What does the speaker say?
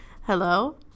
Hello